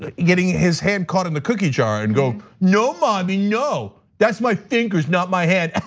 ah getting his hand caught in the cookie jar and go, no mommy, no, that's my fingers, not my hand.